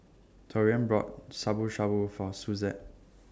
Taurean bought Shabu Shabu For Suzette